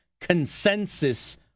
consensus